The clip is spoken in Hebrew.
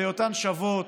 על היותן שוות,